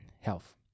health